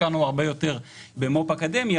השקענו הרבה יותר במו"פ אקדמי,